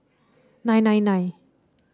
nine nine nine